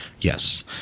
Yes